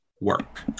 work